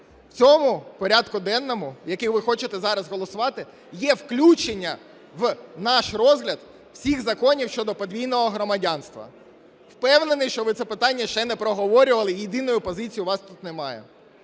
в цьому порядку денному, який ви хочете зараз голосувати, є включення в наш розгляд всіх законів щодо подвійного громадянства. Впевнений, що ви це питання ще не проговорювали, єдиної позиції у вас тут немає.